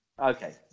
Okay